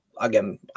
again